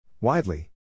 Widely